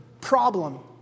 problem